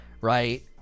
right